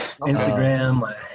instagram